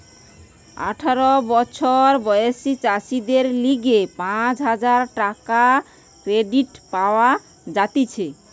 আঠারো বছর বয়সী চাষীদের লিগে পাঁচ হাজার টাকার ক্রেডিট পাওয়া যাতিছে